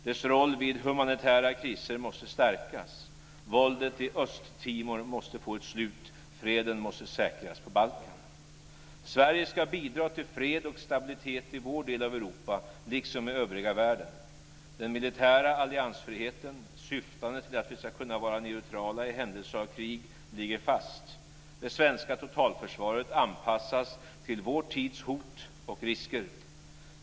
Dess roll vid humanitära kriser måste stärkas. Våldet i Östtimor måste få ett slut. Freden måste säkras på Balkan. Sverige ska bidra till fred och stabilitet i vår del av Europa liksom i övriga världen. Den militära alliansfriheten, syftande till att vi ska kunna vara neutrala i händelse av krig, ligger fast. Det svenska totalförsvaret anpassas till vår tids hot och risker.